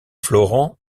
florent